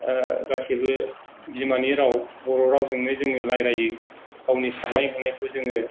गासिबो बिमानि राव बर' रावजोंनो जोङो रायलायो गावनि साननाय हनायखौ जोङो